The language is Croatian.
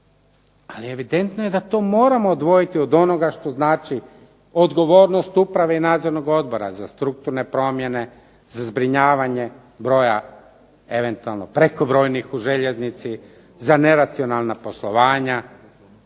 Ali evidentno je da to moramo odvojiti od onoga što znači odgovornost uprave i nadzornog odbora za strukturne promjene, za zbrinjavanje broja eventualno prekobrojnih u željeznici, za neracionalna poslovanja.